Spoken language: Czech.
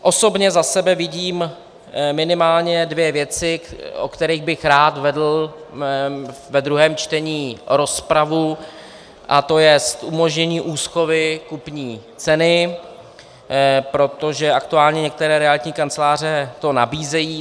Osobně za sebe vidím minimálně dvě věci, o kterých bych rád vedl ve druhém čtení rozpravu, a to je umožnění úschovy kupní ceny, protože aktuálně některé realitní kanceláře to nabízejí.